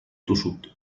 tossut